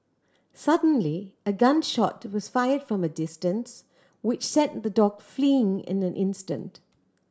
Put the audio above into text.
suddenly a gun shot was fired from a distance which sent the dog fleeing in an instant